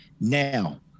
Now